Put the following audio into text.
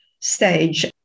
stage